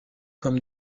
comme